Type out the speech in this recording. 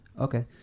Okay